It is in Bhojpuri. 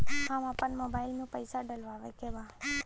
हम आपन मोबाइल में पैसा डलवावे के बा?